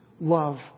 love